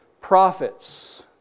prophets